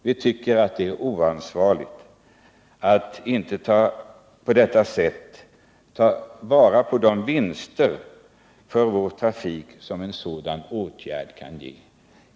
Vi tycker det är oansvarigt att inte på detta sätt ta vara på de vinster för vår trafik som en sådan åtgärd kan ge.